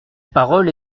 parole